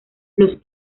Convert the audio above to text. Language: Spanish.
los